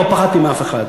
לא פחדתי מאף אחד.